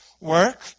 work